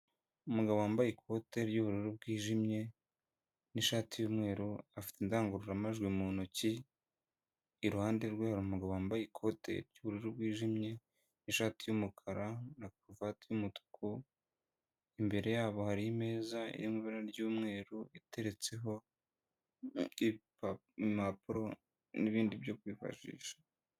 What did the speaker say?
Umugabo wambaye ikote ry'ubururu bwijimye n'ishati y'umweru, afite indangururamajwi mu ntoki, iruhande rwe hari umugabo wambaye ikote ry'ubururu bwijimye n'ishati y'umukara na karuvati y'umutuku, imbere yabo hari imeza iri mu ibara ry'umweru iteretseho impapuro n'ibindi byo kwifashisha.